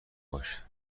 باش